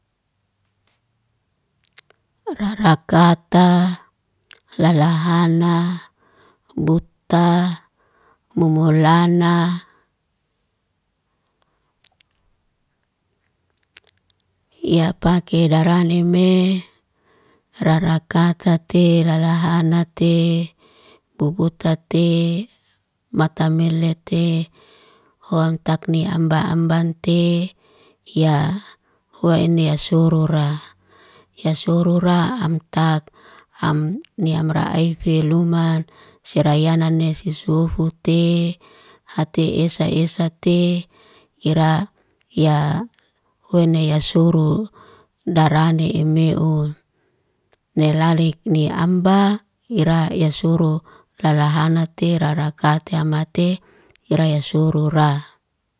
Rarakata, lalahana, buta mumulana. iyapake daraneme rarakakate, lalahanate, bubutate matamelete huam takni amba ambantie. Ya huwen asurura. Yasurura amtak, am ni amra aifeluman, sirayanane sisufute. Hate esa esate, ira ya huwene yasurudarane emeun. Nelalik ni amba, ira yasuru lalahanate, rarakate amate. Ira yasurura.